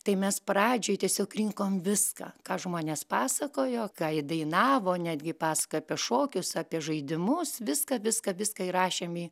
tai mes pradžioj tiesiog rinkom viską ką žmonės pasakojo ką įdainavo netgi pasaka apie šokius apie žaidimus viską viską viską įrašėm į